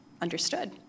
Understood